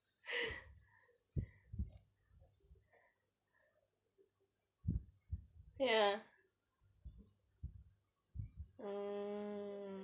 ya oh